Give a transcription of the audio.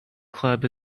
club